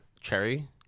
Cherry